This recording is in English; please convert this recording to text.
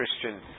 Christian